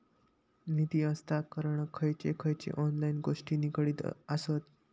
निधी हस्तांतरणाक खयचे खयचे ऑनलाइन गोष्टी निगडीत आसत?